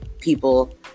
people